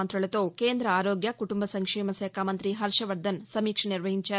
మంతులతో కేంద్ర ఆరోగ్య కుటుంబ సంక్షేమశాఖ మంతి హర్షవర్దన్ సమీక్ష నిర్వహించారు